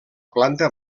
planta